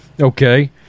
okay